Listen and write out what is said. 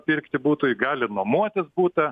pirkti butui gali nuomotis butą